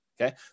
Okay